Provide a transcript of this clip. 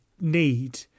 need